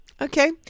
Okay